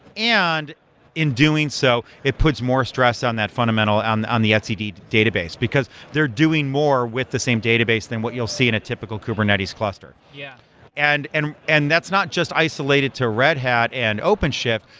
and in doing so it puts more stress on that fundamental and on the etcd database, because they're doing more with the same database than what you'll see in a typical kubernetes cluster. yeah and and and that's not just isolated to red hat and open shift.